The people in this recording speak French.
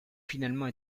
finalement